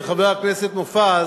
לחבר הכנסת מופז: